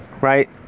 right